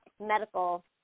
medical